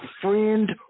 friend